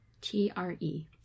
T-R-E